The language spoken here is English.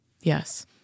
Yes